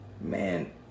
Man